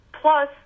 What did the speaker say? Plus